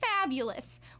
fabulous